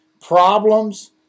problems